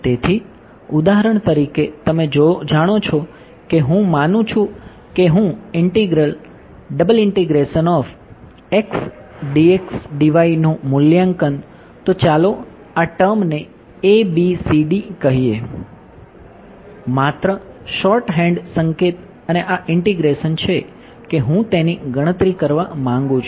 તેથી ઉદાહરણ તરીકે તમે જાણો છો કે હું માનું છું કે હું ઇંટીગ્રલ નું મૂલ્યાંકન તો ચાલો આ ટર્મ અને આ ઇંટિગ્રેશન છે કે હું તેની ગણતરી કરવા માંગું છું